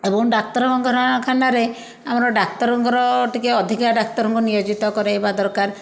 ଏବଂ ଡ଼ାକ୍ତରଖାନାରେ ଆମର ଡ଼ାକ୍ତରଙ୍କର ଟିକିଏ ଅଧିକା ଡ଼ାକ୍ତରଙ୍କ ନିୟୋଜିତ କରାଇବା ଦରକାର